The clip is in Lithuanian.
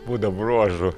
būdo bruožų